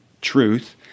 truth